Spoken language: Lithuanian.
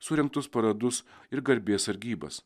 surengtus paradus ir garbės sargybas